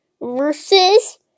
versus